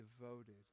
devoted